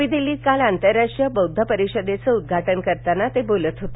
नवा दिल्लति काल आंतरराष्ट्रति बौद्धपरिषदेचं उद्घाटन करताना ते बोलत होते